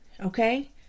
Okay